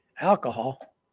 alcohol